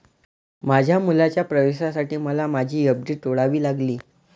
माझ्या मुलाच्या प्रवेशासाठी मला माझी एफ.डी तोडावी लागली